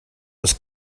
was